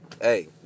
hey